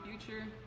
future